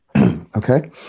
Okay